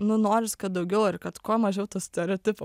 nu norisi kad daugiau ir kad kuo mažiau tų stereotipų